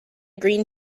green